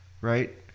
right